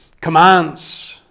commands